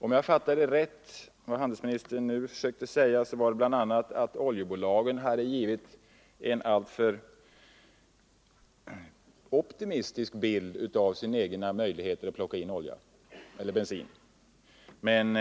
Om jag fattade rätt vad handelsministern nu försökte säga, så var det bl.a. att oljebolagen hade givit en alltför optimistisk bild av sina egna möjligheter att plocka in olja eller bensin i landet.